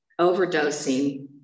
overdosing